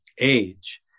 age